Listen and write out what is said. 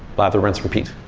lather, rinse repeat,